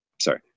sorry